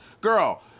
girl